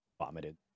vomited